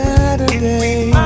Saturday